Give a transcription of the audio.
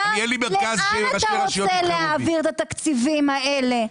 לאן אתה רוצה להעביר את התקציבים האלה.